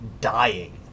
dying